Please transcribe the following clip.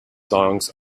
songs